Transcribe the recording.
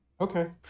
Okay